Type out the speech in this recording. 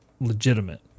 legitimate